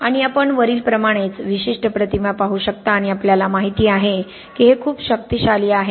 आणि आपण वरील प्रमाणेच विशिष्ट प्रतिमा पाहू शकता आणि आपल्याला माहित आहे की हे खूप शक्तिशाली आहे